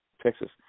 Texas